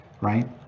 right